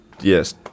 Yes